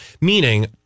Meaning